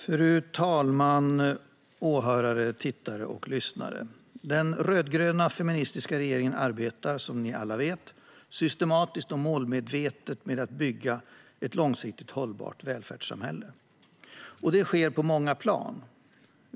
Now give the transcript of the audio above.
Fru talman, åhörare, tittare och lyssnare! Den rödgröna feministiska regeringen arbetar, som ni alla vet, systematiskt och målmedvetet med att bygga ett långsiktigt hållbart välfärdssamhälle. Det sker på många plan.